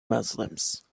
muslims